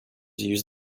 use